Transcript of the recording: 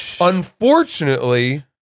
unfortunately